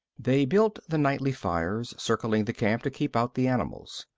they built the nightly fires circling the camp to keep out the animals.